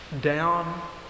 down